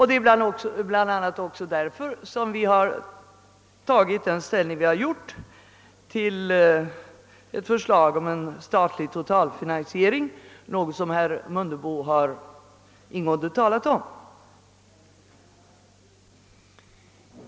Det är bl.a. därför som vi har intagit den hållning vi gjort till förslaget om statlig totalfinansiering, något som herr Mundebo här ingående har talat om.